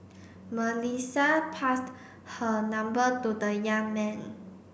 Melissa passed her number to the young man